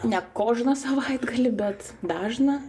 ne kožną savaitgalį bet dažną